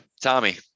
Tommy